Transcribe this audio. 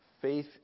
faith